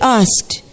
asked